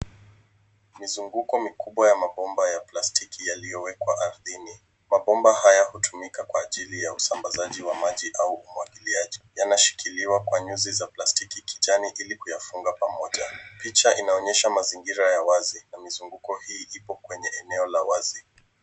Mizunguko mikubwa ya mabomba ya plastiki yaliyowekwa ardhini. Mabomba haya hutumika kwa ajili ya usambazaji wa maji au umwagiliaji. Yanashikiliwa kwa nyuzi za plastiki kijani ili kuyafunga pamoja. Picha inaonyesha mazingira ya wazi na mizunguko hii ipo kwenye eneo la wazi.